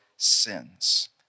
sins